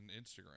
Instagram